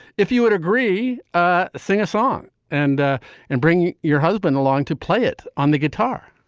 if you would agree, ah sing a song and and bring your husband along to play it on the guitar.